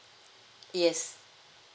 yes